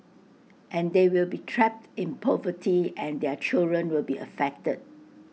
and they will be trapped in poverty and their children will be affected